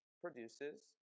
produces